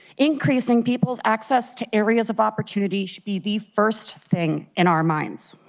increasing people's access to areas of opportunity should be the first thing in our minds.